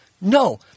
No